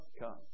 come